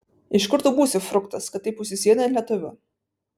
ir iš kur tu būsi fruktas kad taip užsisėdai ant lietuvių